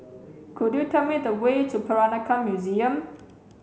could you tell me the way to Peranakan Museum